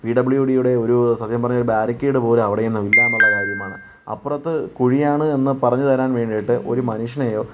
P W ഡിയുടെ ഒരു സത്യം പറഞ്ഞാൽ ബാരിക്കേഡുപോലും അവിടെയെങ്ങും ഇല്ലാ എന്നുള്ള കാര്യമാണ് അപ്പുറത് കുഴിയാണ് എന്ന് പറഞ്ഞു തരാൻ ഒരു മനുഷ്യനെയോ